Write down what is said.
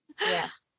Yes